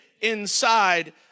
inside